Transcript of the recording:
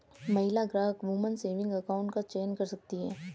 महिला ग्राहक woman saving account का चयन कर सकती है